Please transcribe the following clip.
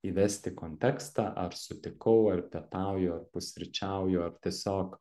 įvest į kontekstą ar sutikau ar pietauju ar pusryčiauju ar tiesiog